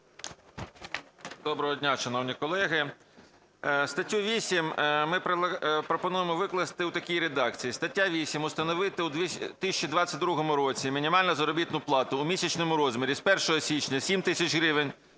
Доброго дня, шановні колеги! Статтю 8 ми пропонуємо викласти в такій редакції: "Стаття 8. Установити у 2022 році мінімальну заробітну плату у місячному розмірі: з 1 січня – 7 тисяч гривень,